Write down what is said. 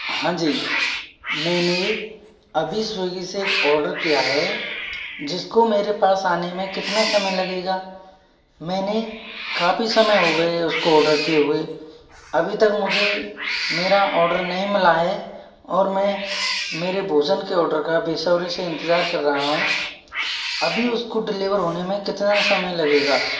हाँ जी मैंने अभी स्विगी से एक ऑर्डर किया है जिसको मेरे पास आने में कितना समय लगेगा मैंने काफ़ी समय हो गऐ है उसको ऑर्डर किये हुए अभी तक मुझे मेरा ऑर्डर नही मिला है और मैं मेरे भोज़न के ऑर्डर का बेसबरी से इन्तज़ार कर रहा हूँ अभी उसको डिलीवर होने में कितना समय लगेगा